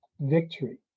victory